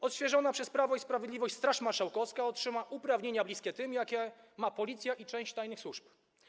Odświeżona przez Prawo i Sprawiedliwość Straż Marszałkowska otrzyma uprawnienia bliskie tym, jakie ma Policja i część tajnych służb.